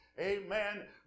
Amen